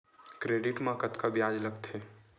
Credit मा कतका ब्याज लगथे?